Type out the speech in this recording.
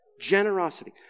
generosity